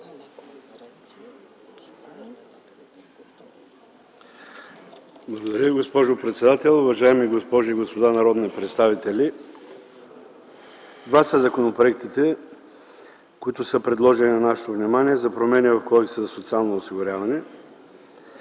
Благодаря Ви, госпожо председател. Уважаеми госпожи и господа народни представители, два са законопроектите, които са предложени на нашето внимание, за промени в Кодекса за социално осигуряване.